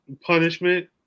punishment